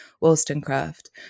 Wollstonecraft